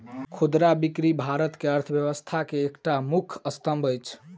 खुदरा बिक्री भारत के अर्थव्यवस्था के एकटा मुख्य स्तंभ अछि